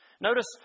Notice